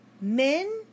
Men